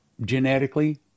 genetically